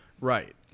Right